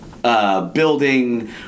Building